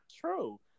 true